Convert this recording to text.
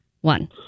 one